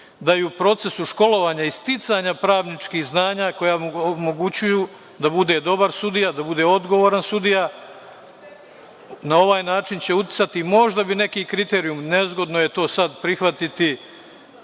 da i u procesu školovanja i sticanja pravničkih znanja koja mu omogućuju da bude dobar sudija, da bude odgovoran sudija, na ovaj način će uticati. Možda bi neki kriterijum, nezgodno je sad prihvatiti